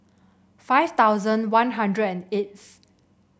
five thousand One Hundred and eighth